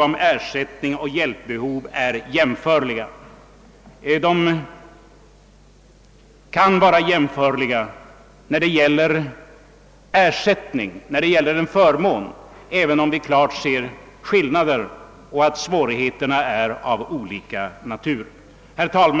det gäller ersättning och hjälpbehov. De båda handikappen kan sålunda vara jämförliga när det gäller förmåner, även om vi klart ser skillnader i de svårigheter som blinda och döva har att kämpa med. Herr talman!